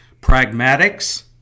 Pragmatics